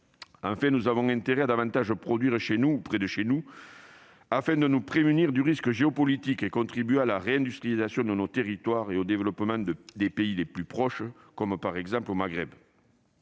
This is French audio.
Enfin, nous avons intérêt à davantage produire chez nous, ou près de chez nous, afin de nous prémunir du risque géopolitique et contribuer à la réindustrialisation de nos territoires et au développement des pays les plus proches, comme, par exemple, ceux du Maghreb.